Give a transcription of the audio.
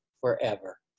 forever